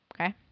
Okay